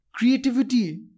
Creativity